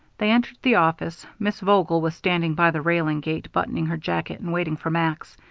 they entered the office. miss vogel was standing by the railing gate, buttoning her jacket and waiting for max.